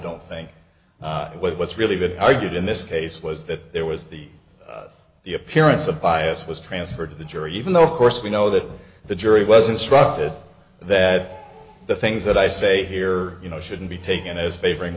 don't think what's really been argued in this case was that there was the the appearance of bias was transferred to the jury even though of course we know that the jury was instructed that the things that i say here you know shouldn't be taken as favoring